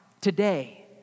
today